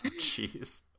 jeez